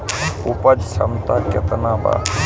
उपज क्षमता केतना वा?